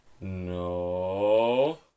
No